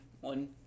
one